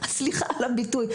סליחה על הביטוי.